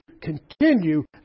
continue